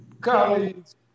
colleagues